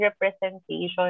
representation